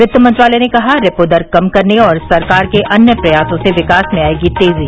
वित्त मंत्रालय ने कहा रेपो दर कम करने और सरकार के अन्य प्रयासों से विकास में आएगी तेजी